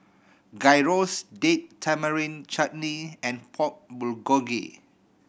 Gyros Date Tamarind Chutney and Pork Bulgogi